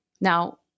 Now